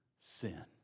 sin